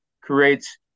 creates